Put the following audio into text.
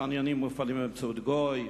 חניונים המופעלים באמצעות גוי,